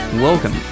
Welcome